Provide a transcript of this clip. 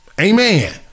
Amen